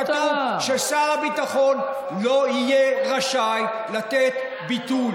כתוב ששר הביטחון לא יהיה רשאי לתת ביטול.